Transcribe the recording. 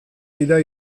gida